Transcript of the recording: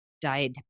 died